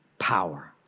power